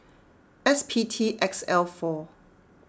S P T X L four